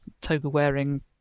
toga-wearing